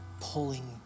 pulling